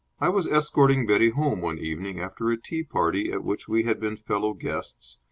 i was escorting betty home one evening after a tea-party at which we had been fellow-guests,